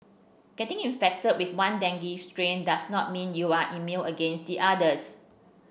getting infected with one dengue strain does not mean you are immune against the others